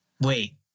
Wait